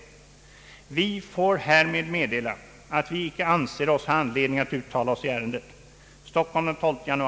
Vi får härmed meddela att vi icke anser oss ha anledning att uttala oss i ärendet.